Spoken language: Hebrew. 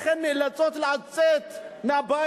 לכן הן נאלצות לצאת מהבית,